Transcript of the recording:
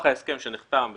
ההסכם שנחתם ב-1980,